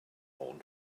own